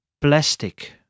Plastic